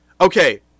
Okay